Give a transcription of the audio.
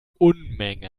unmenge